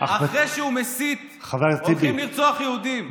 אחרי שהוא מסית הולכים לרצוח יהודים.